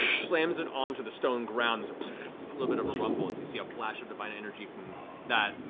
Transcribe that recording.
slams it onto the stone ground, a little bit of a rumble as you see a flash of divine energy from that.